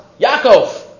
Yaakov